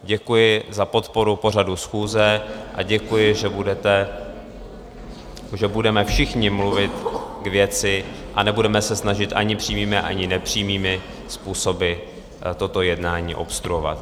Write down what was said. Děkuji za podporu pořadu schůze a děkuji, že budete, že budeme všichni mluvit k věci a nebudeme se snažit ani přímými, ani nepřímými způsoby toto jednání obstruovat.